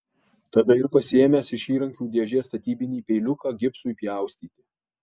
tada ir pasiėmęs iš įrankių dėžės statybinį peiliuką gipsui pjaustyti